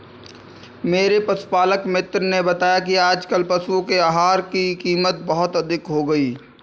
मेरे पशुपालक मित्र ने बताया कि आजकल पशुओं के आहार की कीमत बहुत अधिक हो गई है